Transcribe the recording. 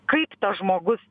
kaip tas žmogus